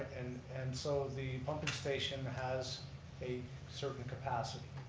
and so the pumping station has a serving capacity.